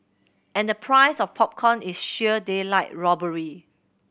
and the price of popcorn is sheer daylight robbery